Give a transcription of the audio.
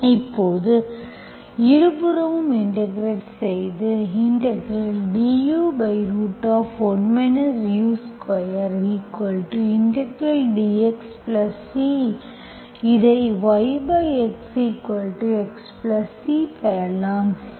இப்போது இருபுறமும் இன்டெகிரெட் செய்து du1 u2 dxC இதை yx xC பெறலாம்